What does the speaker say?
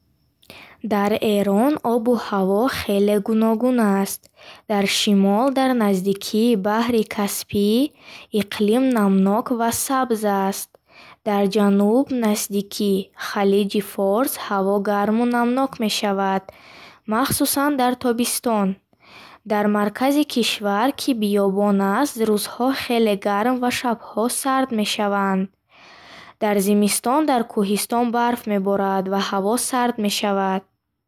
Дар Эрон обу ҳаво хеле гуногун аст. Дар шимол, дар наздикии баҳри Каспий, иқлим намнок ва сабз аст. Дар ҷануб, наздики халиҷи Форс, ҳаво гарму намнок мешавад, махсусан дар тобистон. Дар маркази кишвар, ки биёбон аст, рӯзҳо хеле гарм ва шабҳо сард мешаванд. Дар зимистон дар кӯҳистон барф меборад ва ҳаво сард мешавад.